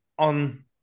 on